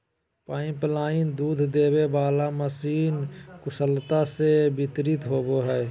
pipeline दूध देबे वाला मशीन कुशलता से वितरित होबो हइ